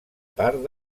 part